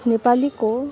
नेपालीको